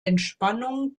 entspannung